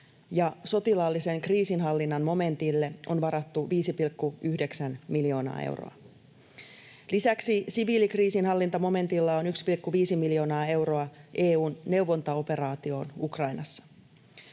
sotilaallisen kriisinhallinnan momentille on varattu 5,9 miljoonaa euroa. Lisäksi siviilikriisinhallintamomentilla on 1,5 miljoonaa euroa EU:n neuvontaoperaatioon Ukrainassa.